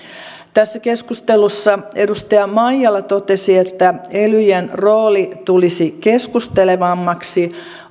tässä keskustelussa edustaja maijala totesi että elyjen rooli tulisi keskustelevammaksi